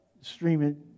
streaming